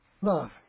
Love